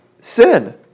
sin